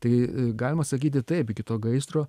tai galima sakyti taip iki to gaisro